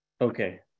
Okay